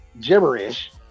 gibberish